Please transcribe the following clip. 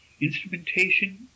instrumentation